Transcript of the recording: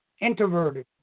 Introverted